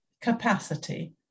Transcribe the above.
capacity